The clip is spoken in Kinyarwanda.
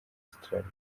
australia